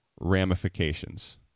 ramifications